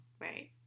Right